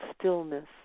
stillness